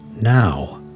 Now